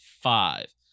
five